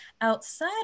Outside